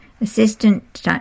Assistant